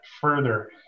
further